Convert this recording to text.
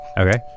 Okay